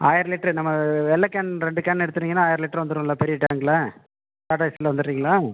ஆயிரம் லிட்டர் நம்ம வெள்ளை கேன் ரெண்டு கேன் எடுத்து வந்தீங்கன்னால் ஆயிரம் லிட்டர் வந்துருமில்ல பெரிய டேங்க்கில் டாட்டா ஏஸில் வந்துடுறீங்களா